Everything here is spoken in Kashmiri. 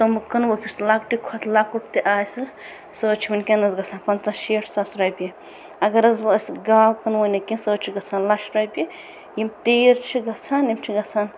تِم کٕنووٚکھ یُس لۄکٹہِ کھۄتہٕ لۄکُٹ تہِ آسہِ سُہ حظ چھُ وٕنکٮ۪نَس گَژھان پَنٛژہ شیٹھ ساس رۄپیہِ اَگر حظ وۄنۍ أسۍ گاو کٕنہٕ ہون نہٕ کینٛہہ سۄ حظ چھُ گَژھان لَچھ رۄپیہِ یِم تیٖر چھِ گَژھان یِم چھِ گَژھان